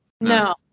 No